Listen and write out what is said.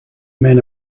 men